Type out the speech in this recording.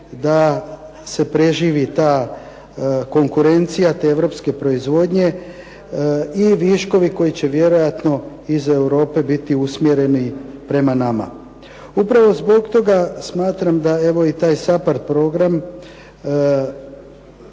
da se preživi ta konkurencija te europske proizvodnje i viškovi koji će vjerojatno iz Europe biti usmjereni prema nama. Upravo zbog toga smatram da evo i taj SAPHARD program